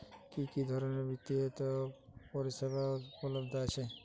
কি কি ধরনের বৃত্তিয় পরিসেবা উপলব্ধ আছে?